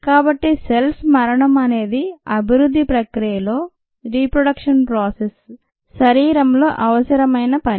కాబట్టి సెల్స్ మరణం అనేది అభివృద్ధి ప్రక్రియలో రీ ప్రొడక్షన్ ప్రాసెస్ శరీరంలో అవసరమైన పని